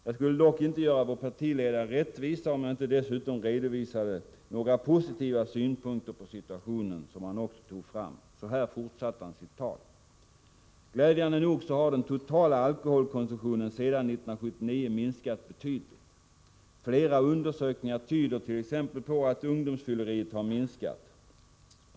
Jag skulle dock inte göra vår partiledare rättvisa om jag inte dessutom redovisade de positiva synpunkter på situationen som han också tog fram. Så här fortsatte han sitt tal: Glädjande nog har den totala alkoholkonsumtionen sedan 1979 minskat betydligt. Flera undersökningar tyder t.ex. på att ungdomsfylleriet har minskat.